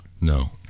No